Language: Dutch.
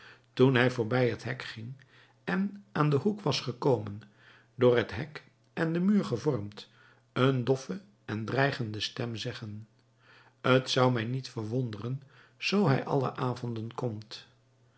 toen hij voorbij het hek ging en aan den hoek was gekomen door het hek en den muur gevormd een doffe en dreigende stem zeggen t zou mij niet verwonderen zoo hij alle avonden komt